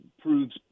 proves